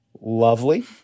Lovely